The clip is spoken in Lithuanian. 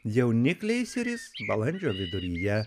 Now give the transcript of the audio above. jaunikliai išsiris balandžio viduryje